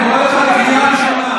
אני קורא אותך בקריאה ראשונה.